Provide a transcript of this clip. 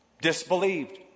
Disbelieved